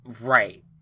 Right